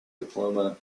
diploma